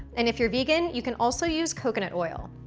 and if you're vegan, you can also use coconut oil.